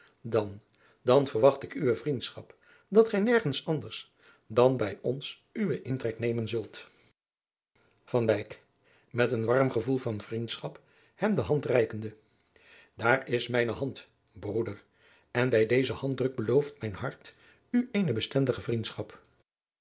dan dan verwacht ik van uwe vriendschap dat gij nergens anders dan bij ons uwen intrek nemen zult van dijk met een warm gevoel van vriendschap hem de hand reikende daar is mijne hand broeder en bij dezen handdruk belooft mijn hart u eene bestendige vriendschap